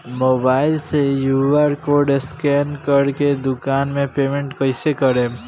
Mobile से QR code scan कर के दुकान मे पेमेंट कईसे करेम?